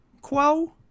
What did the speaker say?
quo